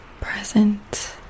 present